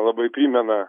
labai primena